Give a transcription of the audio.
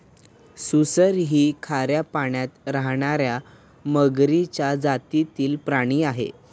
सुसर ही खाऱ्या पाण्यात राहणार्या मगरीच्या जातीतील प्राणी आहे